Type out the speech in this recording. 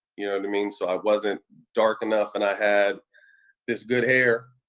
yeah and mean? so i wasn't dark enough, and i had this good hair.